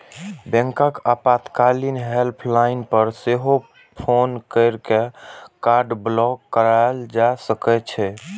बैंकक आपातकालीन हेल्पलाइन पर सेहो फोन कैर के कार्ड ब्लॉक कराएल जा सकै छै